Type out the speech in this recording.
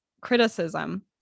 criticism